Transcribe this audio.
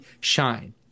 shine